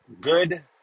good